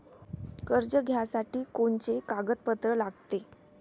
कर्ज घ्यासाठी कोनचे कागदपत्र लागते?